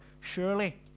Surely